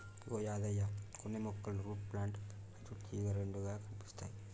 ఇగో యాదయ్య కొన్ని మొక్కలు root plant మరియు తీగ రెండుగా కనిపిస్తాయి